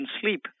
sleep